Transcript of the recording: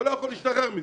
אתה לא יכול להשתחרר מזה.